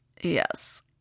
Yes